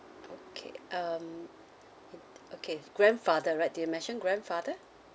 okay um okay grandfather right did you mention grandfather